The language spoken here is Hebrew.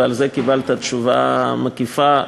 ועל זה קיבלת תשובה מקיפה,